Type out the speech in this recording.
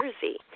Jersey